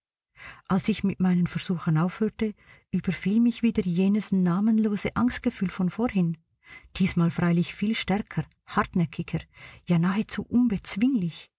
als ich mit meinen versuchen aufhörte überfiel mich wieder jenes namenlose angstgefühl von vorhin diesmal freilich viel stärker hartnäckiger ja nahezu